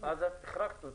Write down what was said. --- אז החרגתי אותו.